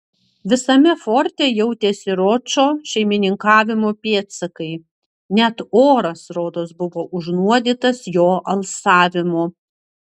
visame forte jautėsi ročo šeimininkavimo pėdsakai net oras rodos buvo užnuodytas jo alsavimo